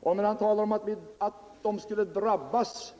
Och när han talar om att de homosexuella skulle drabbas